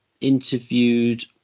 interviewed